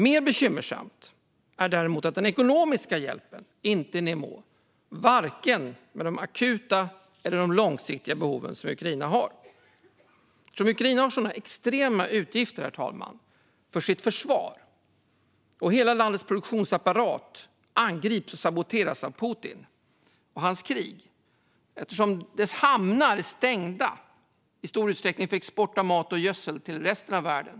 Mer bekymmersamt är däremot att den ekonomiska hjälpen inte är i nivå med vare sig de akuta eller de långsiktiga behov som Ukraina har. Ukraina har extrema utgifter för sitt försvar, och samtidigt angrips och saboteras hela landets produktionsapparat av Putin och hans krig. Ukrainas hamnar är i stor utsträckning stängda för export av mat och gödsel till resten av världen.